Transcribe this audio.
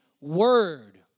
word